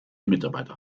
mitarbeiter